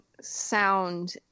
sound